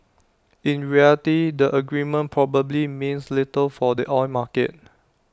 in reality the agreement probably means little for the oil market